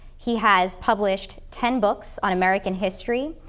he has published ten books on american history.